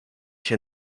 się